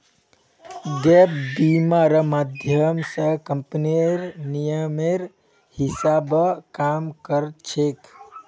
gap बीमा र माध्यम स कम्पनीर नियमेर हिसा ब काम कर छेक